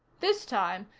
this time,